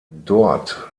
dort